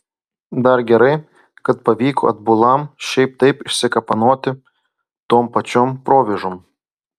dar gerai kad pavyko atbulam šiaip taip išsikapanoti tom pačiom provėžom